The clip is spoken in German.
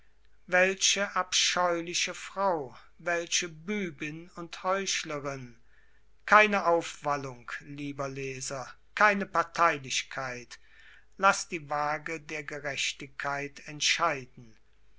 welche abscheuliche frau welche bübin und heuchlerin keine aufwallung lieber leser keine parteilichkeit laß die waage der gerechtigkeit entscheiden